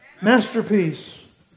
masterpiece